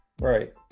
Right